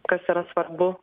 kas yra svarbu